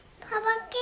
Papa